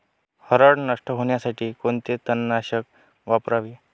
हरळ नष्ट होण्यासाठी कोणते तणनाशक वापरावे?